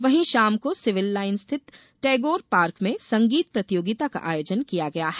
वहीं शाम को सिविल लाइन स्थित टैगोर पार्क में संगीत प्रतियोगिता का आयोजन किया गया है